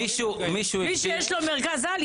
מישהו --- מי שיש לו מרכז-על,